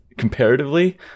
Comparatively